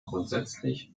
grundsätzlich